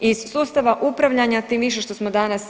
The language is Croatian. Iz sustava upravljanja, tim više što smo danas